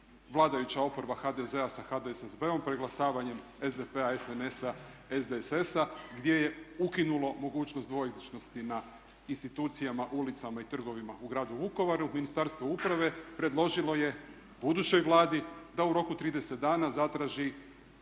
vladajuća oporba HDZ-a sa HDSSB-om preglasavanjem SDP-a, SNS-a, SDSS-a gdje je ukinulo mogućnost dvojezičnosti na institucijama, ulicama i trgovima u gradu Vukovaru. Ministarstvo uprave predložilo je budućoj Vladi da u roku 30 dana zatraži